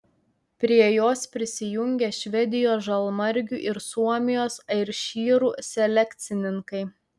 prie jos prisijungė švedijos žalmargių ir suomijos airšyrų selekcininkai